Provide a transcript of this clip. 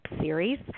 series